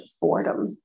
boredom